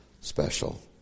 special